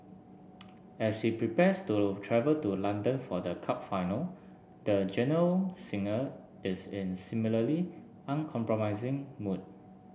as he prepares to travel to London for the cup final the genial singer is in similarly uncompromising mood